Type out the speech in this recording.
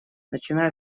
начиная